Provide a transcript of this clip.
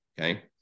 Okay